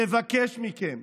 לבקש מכם,